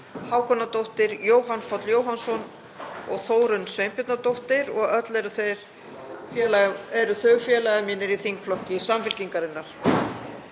Hákonardóttir, Jóhann Páll Jóhannsson og Þórunn Sveinbjarnardóttir. Öll eru þau félagar mínir í þingflokki Samfylkingarinnar.